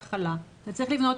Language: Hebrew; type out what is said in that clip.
אתה צריך לבנות,